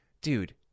Dude